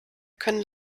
können